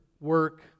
work